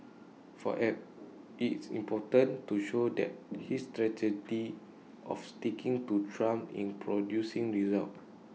for Abe IT is important to show that his strategy of sticking to Trump in producing results